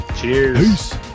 Cheers